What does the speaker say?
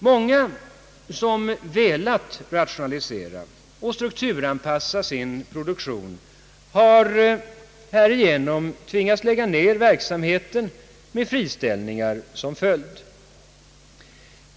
Många som velat rationalisera och strukturanpassa sin produktion har härigenom tvingats lägga ned verksamheten, med friställringar som följd.